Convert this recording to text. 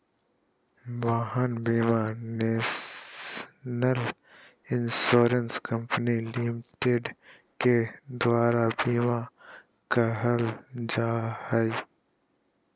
वाहन बीमा National Insurance Company Limited के दुआर बीमा कहल जाहइ